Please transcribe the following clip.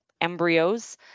embryos